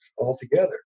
altogether